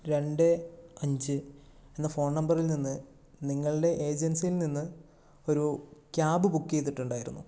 രണ്ട് അഞ്ച് എന്ന ഫോൺ നമ്പറിൽ നിന്ന് നിങ്ങളുടെ ഏജൻസിയിൽ നിന്ന് ഒരു ക്യാബ് ബുക്ക് ചെയ്തിട്ടുണ്ടായിരുന്നു